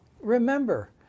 Remember